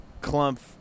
Clump